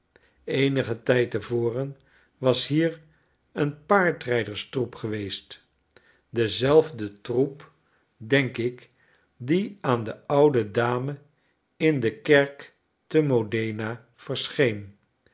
eenigen tijd te voren was hier eenpaardrijderstroep geweest dezelfde troep denk ik die aan de oude dame in dekerktem odena verscheen